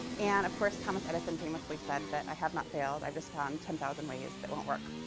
and, of course, thomas edison famously said that i have not failed. i've just found ten thousand ways that won't work.